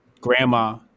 grandma